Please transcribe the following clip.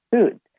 food